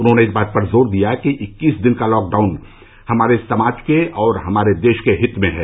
उन्होंने इस बात पर जोर दिया कि इक्कीस दिन का लॉकडाउन हमारे हमारे समाज के और हमारे देश के हित में है